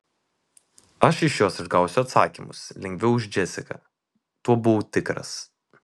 aš iš jos išgausiu atsakymus lengviau už džesiką tuo buvau tikras